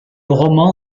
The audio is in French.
roman